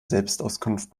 selbstauskunft